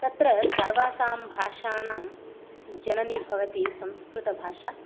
तत्र सर्वासां भाषाणां जननी भवति संस्कृतभाषा